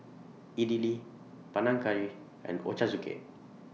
Idili Panang Curry and Ochazuke